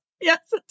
Yes